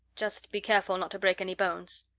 just be careful not to break any bones.